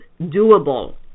doable